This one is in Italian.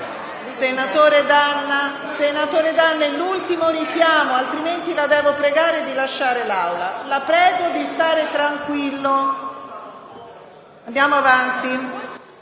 Senatore D'Anna, questo è l'ultimo richiamo. Altrimenti, dovrò pregarla di lasciare l'Aula. La prego di stare tranquillo. Andiamo avanti.